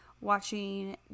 watching